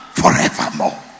forevermore